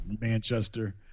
Manchester